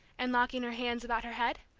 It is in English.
and locking her hands about her head,